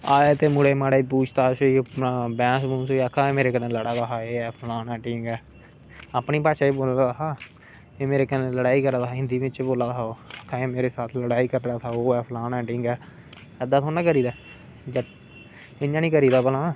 आए ते मुडे़ं कोला पुछताश होई बैह्स होई आक्खा दा मेरे कन्नै लड़ा दा हा फलान ऐ ढींग ऐ अपनी भाषा च बोलन लगा कि जे मेरे साथ लडाई कर रहा था जे है बो है ऐदां थोह्ड़ी ना करी दा इयां नी करी दा भला